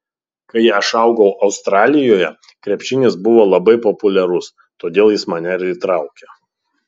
kai aš augau australijoje krepšinis buvo labai populiarus todėl jis mane ir įtraukė